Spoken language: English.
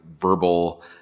verbal